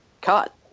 cut